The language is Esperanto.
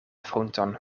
frunton